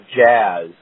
jazz